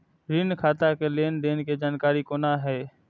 ऋण खाता के लेन देन के जानकारी कोना हैं?